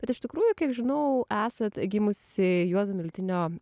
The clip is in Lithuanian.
bet iš tikrųjų kiek žinau esat gimusi juozo miltinio